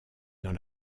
dans